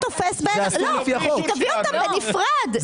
לא, היא תביא אותם בנפרד.